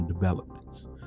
developments